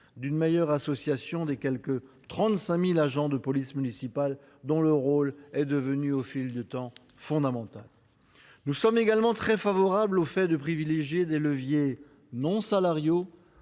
d’une meilleure association des quelque 35 000 agents de police municipale, dont le rôle est, au fil du temps, devenu fondamental. Nous sommes également très favorables au fait de privilégier des leviers non salariaux